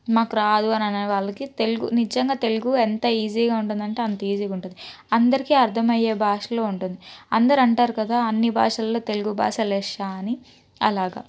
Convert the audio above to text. మాకు రాదు అని అనే వాళ్ళకి తెలుగు నిజంగా తెలుగు ఎంత ఈజీగా ఉంటుందంటే అంత ఈజీగా ఉంటుంది అందరికీ అర్థమయ్యే భాషలో ఉంటుంది అందరూ అంటారు కదా అన్ని భాషల్లో తెలుగు భాష లెస్స అని అలాగా